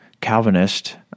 Calvinist